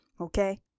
Okay